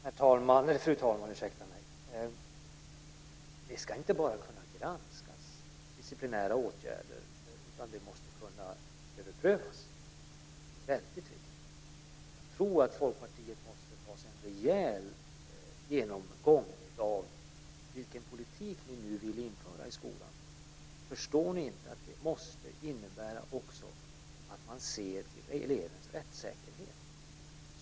Fru talman! Disciplinära åtgärder ska inte bara kunna granskas. De måste också kunna överprövas. Det är väldigt viktigt. Jag tror att ni i Folkpartiet måste ta en rejäl genomgång av vilken politik ni nu vill införa i skolan. Förstår ni inte att man också måste se till elevens rättssäkerhet?